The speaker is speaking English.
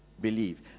believe